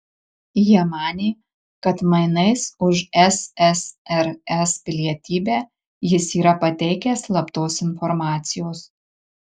jie manė kad mainais už ssrs pilietybę jis yra pateikęs slaptos informacijos